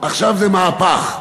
עכשיו זה מהפך.